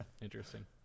Interesting